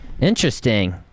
Interesting